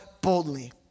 boldly